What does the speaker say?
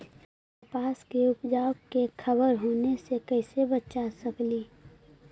कपास के उपज के खराब होने से कैसे बचा सकेली?